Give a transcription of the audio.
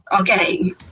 Okay